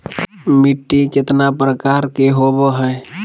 मिट्टी केतना प्रकार के होबो हाय?